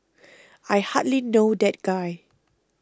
I hardly know that guy